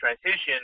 transition